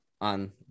on